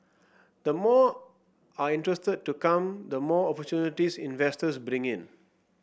the more are interested to come the more opportunities investors bring in